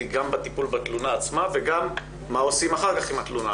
גם הטיפול בתלונה עצמה וגם מה עושים אחר-כך עם התלונה.